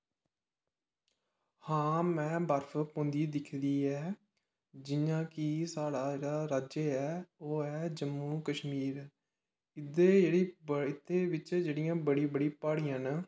हां मे बर्फ पौंदी दिक्खी दी ऐ जियां कि साढ़ा जेहड़ा राज्य ऐ ओह् ऐ जम्मू कशमीर इद्धर जेहड़ी बड़ी बिच जेहड़ियां बड़ी बड़िया प्हाड़ी ना